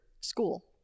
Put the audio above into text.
school